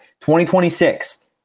2026